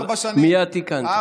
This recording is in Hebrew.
מייד תיקנת.